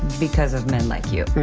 because of men like you.